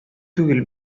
түгел